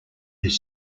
his